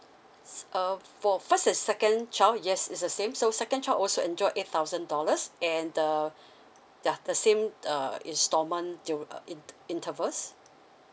uh for first and second child yes it's the same so second child also enjoy eight thousand dollars and the ya the same uh installment du~ uh in~ intervals